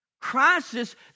Crisis